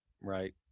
right